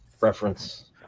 reference